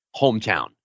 hometown